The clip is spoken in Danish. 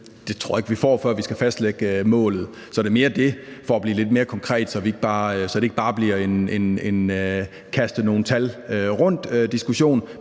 det tror jeg ikke vi får, før vi skal fastlægge målet. Så det er mere, for at det bliver lidt mere konkret – altså så det ikke bare bliver en kast nogle tal rundt-diskussion,